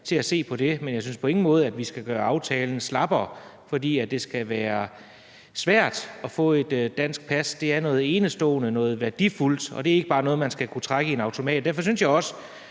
i aftalen, men jeg synes på ingen måde, at vi skal gøre aftalen slappere, for det skal være svært at få et dansk pas. Det er noget enestående og noget værdifuldt, og det er ikke noget, man bare skal kunne trække i en automat. Derfor synes jeg også,